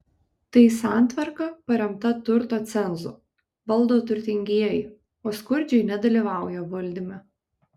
tai santvarka paremta turto cenzu valdo turtingieji o skurdžiai nedalyvauja valdyme